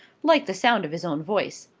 liked the sound of his own voice.